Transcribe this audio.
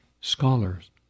scholars